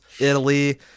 Italy